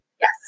Yes